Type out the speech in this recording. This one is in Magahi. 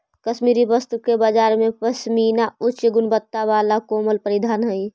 कश्मीरी वस्त्र के बाजार में पशमीना उच्च गुणवत्ता वाला कोमल परिधान हइ